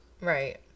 Right